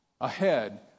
ahead